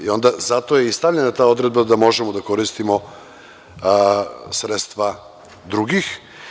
Zato je i stavljena ta odredba da možemo da koristimo sredstva drugih.